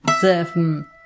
seven